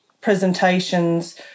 presentations